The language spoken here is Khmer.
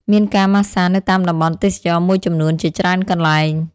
មានការម៉ាស្សានៅតាមតំបន់ទេសចរណ៍មួយចំនួនជាច្រើនកន្លែង ។